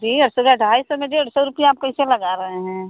डेढ़ सौ क्या ढाई सौ में डेढ़ सौ रुपिया आप कैसे लगा रहे हैं